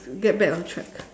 get back on track